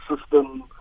system